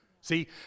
See